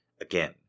again